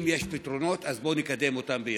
אם יש פתרונות, אז בוא נקדם אותם ביחד.